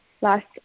Last